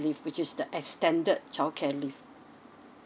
leave which is the extended childcare leave